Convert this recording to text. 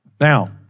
Now